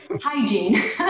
hygiene